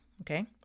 okay